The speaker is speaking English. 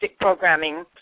programming